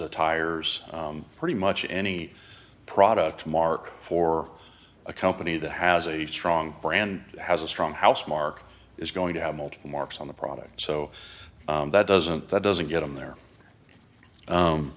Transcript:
attires pretty much any product mark for a company that has a strong brand has a strong house market is going to have multiple marks on the product so that doesn't that doesn't get in there